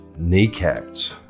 kneecapped